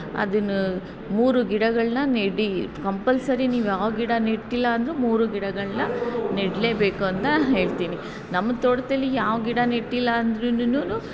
ಅದ್ನ ಮೂರು ಗಿಡಗಳನ್ನು ನೆಡಿ ಕಂಪಲ್ಸರಿ ನೀವ್ಯಾವ ಗಿಡ ನೆಟ್ಟಿಲ್ಲ ಅಂದರೂ ಮೂರು ಗಿಡಗಳನ್ನು ನೆಡಲೇಬೇಕು ಅಂತ ನಾನು ಹೇಳ್ತೀನಿ ನಮ್ಮ ತೋಟದಲ್ಲಿ ಯಾವ ಗಿಡ ನೆಟ್ಟಿಲ್ಲ ಅಂದ್ರೂನು